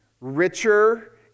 richer